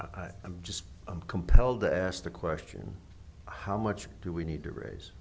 s i'm just i'm compelled to ask the question how much do we need to raise